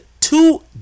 two